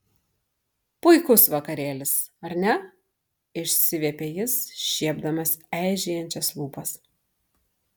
puikus vakarėlis ar ne išsiviepė jis šiepdamas eižėjančias lūpas